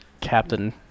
Captain